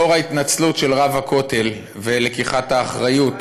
לאור ההתנצלות של רב הכותל ולקיחת האחריות.